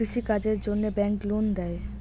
কৃষি কাজের জন্যে ব্যাংক লোন দেয়?